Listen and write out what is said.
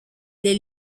les